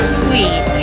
sweet